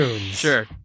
Sure